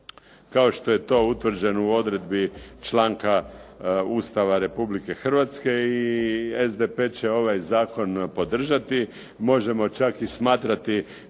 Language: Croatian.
kao što je to utvrđeno u odredbi članka Ustava Republike Hrvatske. I SDP će ovaj zakon podržati. Možemo čak i smatrati